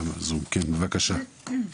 בבקשה.